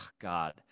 god